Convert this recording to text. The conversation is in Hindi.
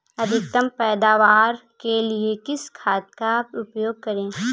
अधिकतम पैदावार के लिए किस खाद का उपयोग करें?